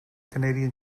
canadian